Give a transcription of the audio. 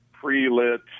pre-lit